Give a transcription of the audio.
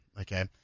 okay